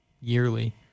yearly